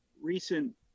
recent